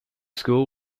school